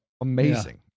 amazing